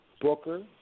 Booker